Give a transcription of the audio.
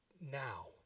now